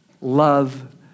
Love